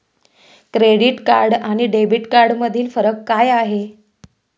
Credit card आणि debit कार्डमधील फरक काय आहे?